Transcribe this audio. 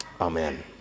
amen